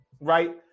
right